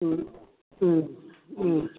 ꯎꯝ ꯎꯝ ꯎꯝ